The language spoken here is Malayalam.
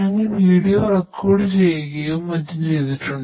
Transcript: ഞങ്ങൾ വീഡിയോ റെക്കോർഡ് ചെയ്യുകയും മറ്റും ചെയ്തിട്ടുണ്ട്